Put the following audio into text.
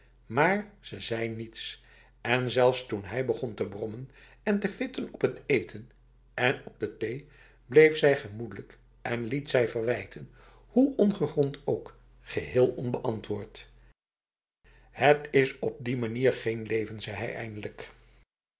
maar ze zei niets en zelfs toen hij begon te brommen en te vitten op het eten en op de thee bleef zij gemoedelijk en liet zij verwijten hoe ongegrond ook geheel onbeantwoord het is op die manier geen leven zei hij eindelijk